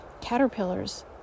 caterpillars